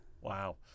Wow